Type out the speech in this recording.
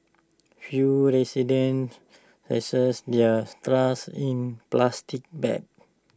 few residents their in plastic bags